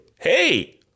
Hey